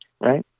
Right